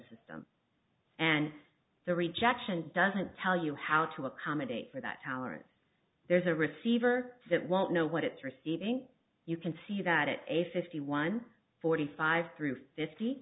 system and the rejection doesn't tell you how to accommodate for that tolerance there's a receiver that won't know what it's receiving you can see that it's a fifty one forty five through fifty